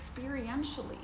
experientially